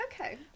Okay